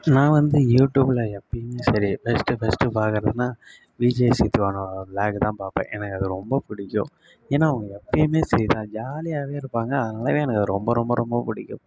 நான் வந்து யூடூப்பில் எப்பயுமே சரி ஃபஸ்ட்டு ஃபஸ்ட்டு ஃபார் எவர்னா விஜே சித்து அண்ணா விலாகு தான் பார்ப்பேன் எனக்கு அது ரொம்ப பிடிக்கும் ஏன்னா அவங்க எப்பயுமே சரி தான் ஜாலியாகவே இருப்பாங்க அதனாலயே எனக்கு அது ரொம்ப ரொம்ப ரொம்ப பிடிக்கும்